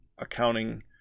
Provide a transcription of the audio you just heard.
accounting